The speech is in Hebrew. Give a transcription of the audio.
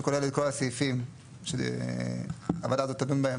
שכולל את כל הסעיפים שהוועדה הזאת תדון בהם.